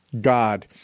God